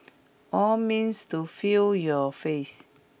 all means to feel your face